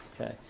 Okay